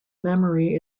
memory